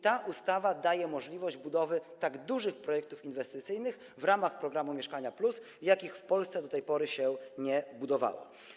Ta ustawa daje możliwość budowy tak dużych projektów inwestycyjnych w ramach programu „Mieszkanie+”, jakich w Polsce do tej pory się nie budowało.